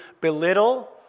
belittle